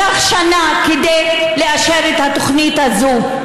לקח שנה כדי לאשר את התוכנית הזו.